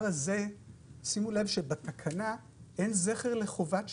שימו לב שבתקנה אין זכר לחובת שימוש,